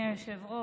אדוני היושב-ראש,